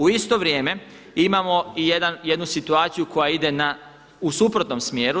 U isto vrijeme imamo i jednu situaciju koja ide u suprotnom smjeru.